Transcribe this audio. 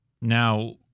Now